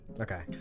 Okay